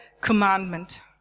commandment